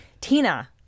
Tina